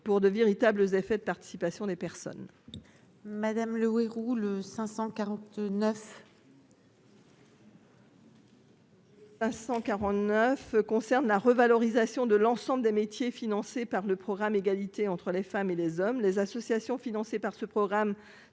pour de véritables effets de participation des personnes. Madame Le Houerou le 549. à 149 concerne la revalorisation de l'ensemble des métiers, financé par le programme égalité entre les femmes et les hommes, les associations financées par ce programme